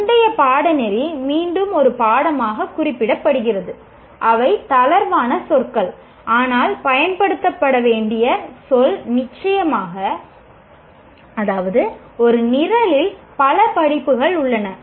முந்தைய பாடநெறி மீண்டும் ஒரு பாடமாகக் குறிப்பிடப்படுகிறது அவை தளர்வான சொற்கள் ஆனால் பயன்படுத்த வேண்டிய சொல் நிச்சயமாக அதாவது ஒரு நிரலில் பல படிப்புகள் உள்ளன